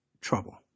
trouble